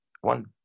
one